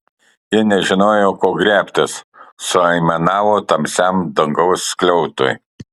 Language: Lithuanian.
ji nežinojo ko griebtis suaimanavo tamsiam dangaus skliautui